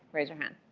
raise your hand.